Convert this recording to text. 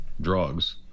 drugs